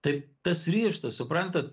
tai tas ryžtas suprantat